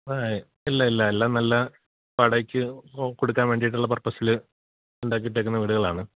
ഏയ് ഇല്ല ഇല്ല എല്ലാം നല്ല വാടകയ്ക്ക് കൊടുക്കാൻ വേണ്ടിയിട്ടുള്ള പർപ്പസിൽ ഉണ്ടാക്കി ഇട്ടേക്കുന്ന വീടുകളാണ്